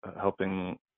helping